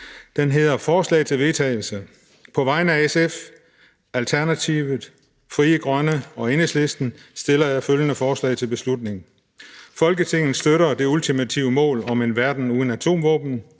er helt i orden) – og det er på vegne af SF, Alternativet, Frie Grønne og Enhedslisten: Forslag til vedtagelse »Folketinget støtter det ultimative mål om en verden uden atomvåben.